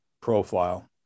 profile